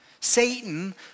Satan